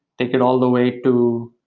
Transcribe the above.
take it all the way to